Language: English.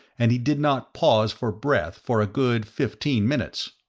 and he did not pause for breath for a good fifteen minutes.